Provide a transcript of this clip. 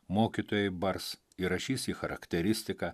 mokytojai bars įrašys į charakteristiką